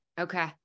Okay